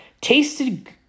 Tasted